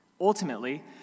Ultimately